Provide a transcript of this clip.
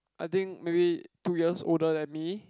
I think maybe two years older than me